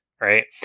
Right